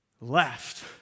left